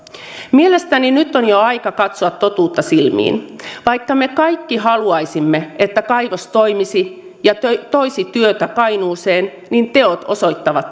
mielestäni nyt on jo aika katsoa totuutta silmiin vaikka me kaikki haluaisimme että kaivos toimisi ja toisi työtä kainuuseen niin teot osoittavat